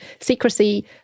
secrecy